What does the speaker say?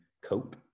cope